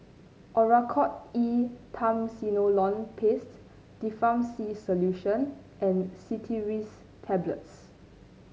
Oracort E Triamcinolone Paste Difflam C Solution and Cetirizine Tablets